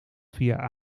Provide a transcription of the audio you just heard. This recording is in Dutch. via